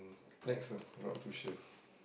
next ah I'm not too sure